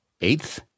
eighth